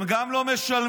הם גם לא משלמים,